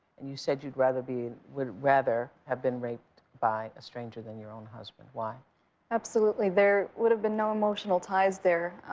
and you said you'd rather be would rather have been raped by a stranger than your own husband. why? doris absolutely. there would have been no emotional ties there.